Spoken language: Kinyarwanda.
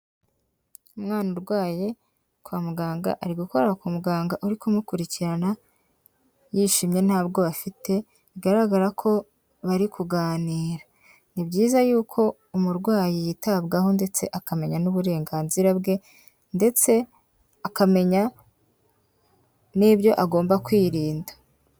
Umwana urwaye kwa muganga, ari gukora ku muganga uri kumukurikirana, yishimye nta bwoba afite, bigaragara ko bari kuganira. Ni byiza yuko umurwayi yitabwaho ndetse akamenya n'uburenganzira bwe, ndetse akamenya nibyo agomba kwirinda.